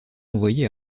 envoyé